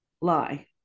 lie